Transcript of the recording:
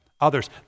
Others